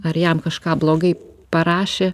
ar jam kažką blogai parašė